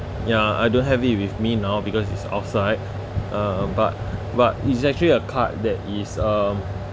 ya I don't have it with me now because it's outside uh but but it's actually a card that is um